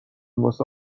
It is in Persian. واسه